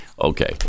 Okay